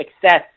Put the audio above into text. success